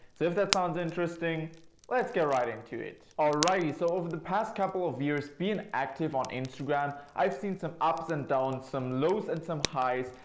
so if that sounds interesting let's get right into it! alrighty, so over the past couple of years being active on instagram i've seen some ups and downs, some lows and some highs.